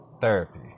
therapy